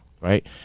right